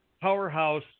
Powerhouse